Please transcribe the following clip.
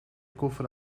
koffer